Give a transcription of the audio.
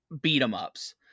beat-em-ups